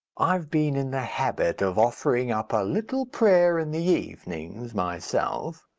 i've been in the habit of offering up a little prayer in the evenings, myself